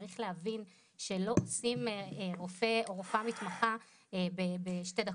צריך להבין שלא עושים רופא או רופאה מתמחה בשתי דקות.